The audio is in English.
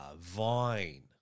Vine